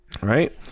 right